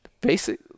basic